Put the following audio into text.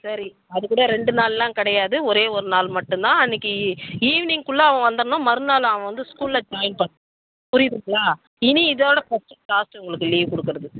சரி அது கூட ரெண்டு நாள்லாம் கிடையாது ஒரே ஒரு நாள் மட்டும் தான் அன்றைக்கி ஈவினிங்குள்ள அவன் வந்துரணும் மறுநாள் அவன் வந்து ஸ்கூலில் ஜாயின் பண்ணணும் புரியுதுங்களா இனி இதோடய ஃபஸ்ட் அண்ட் லாஸ்ட்டு உங்களுக்கு லீவ் கொடுக்கறது